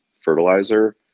fertilizer